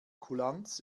kulanz